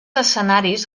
escenaris